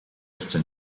jeszcze